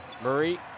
Murray